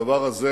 והדבר הזה